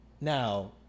now